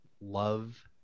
Love